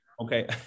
Okay